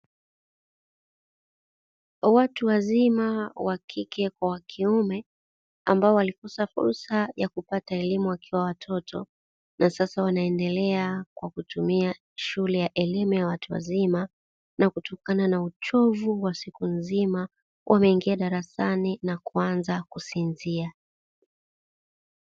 Watu wazima wa kike kwa wa kiume ambao walikosa fursa ya kupata elimu wakiwa watoto na sasa wanaendelea kwa kutumia shule ya elimu ya watu wazima na kutokana na uchovu wa siku nzima, wameingia darasani na kuanza kusinzia.